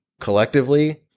collectively